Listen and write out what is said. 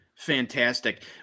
Fantastic